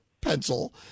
pencil